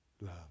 Love